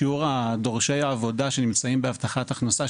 שיעור דורשי העבודה שנמצאים בהבטחת הכנסה,